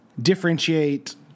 differentiate